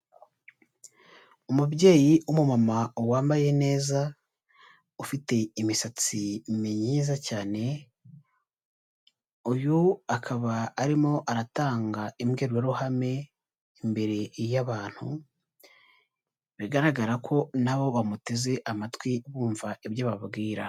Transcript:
Umubyeyi w'umumama wambaye neza, ufite imisatsi myiza cyane, uyu akaba arimo aratanga imbwirwaruhame imbere y'abantu, bigaragara ko na bo bamuteze amatwi bumva ibyo ababwira.